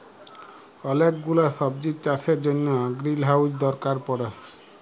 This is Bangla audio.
ওলেক গুলা সবজির চাষের জনহ গ্রিলহাউজ দরকার পড়ে